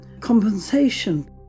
compensation